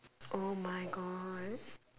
oh my god